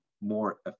more